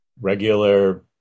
regular